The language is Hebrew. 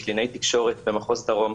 היא קלינאית תקשורת במחוז דרום.